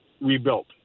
rebuilt